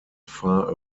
far